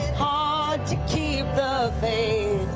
hard to keep the faith.